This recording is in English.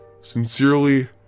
sincerely